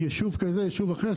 ביישוב כזה או אחר.